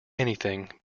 anything